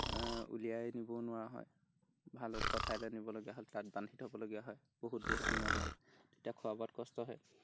উলিয়াই নিব নোৱাৰা হয় ভাল ওখ ঠাইলৈ নিবলগীয়া হ'লে তাত বান্ধি থ'বলগীয়া হয় বহুত বহুত দিনলৈকে তেতিয়া খোৱা বোৱাত কষ্ট হয়